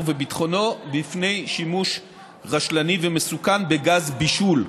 וביטחונו מפני שימוש רשלני ומסוכן בגז בישול,